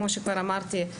כמו שכבר אמרתי,